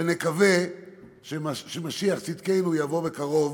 ונקווה שמשיח צדקנו יבוא בקרוב